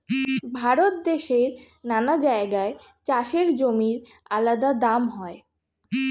ভারত দেশের নানা জায়গায় চাষের জমির আলাদা দাম হয়